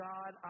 God